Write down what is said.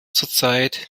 zurzeit